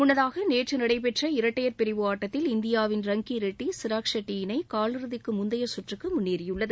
முன்னதாக நேற்றுநடைபெற்ற இரட்டையர் பிரிவு ஆட்டத்தில் இந்தியாவின் ரங்கிரெட்டி சிராக் ஷெட்டி இணை காலிறுதிக்குமுந்தையசுற்றுக்குமுன்னேறியுள்ளது